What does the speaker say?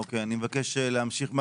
אוקיי, אני מבקש להמשיך.